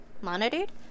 monitored